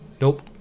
Nope